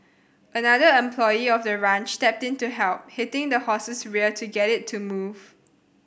another employee of the ranch stepped in to help hitting the horse's rear to get it to move